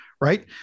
Right